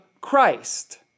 Christ